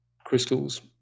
crystals